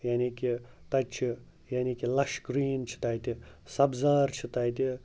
یعنی کہِ تَتہِ چھِ یعنی کہِ لَش گرٛیٖن چھِ تَتہِ سَبزار چھُ تَتہِ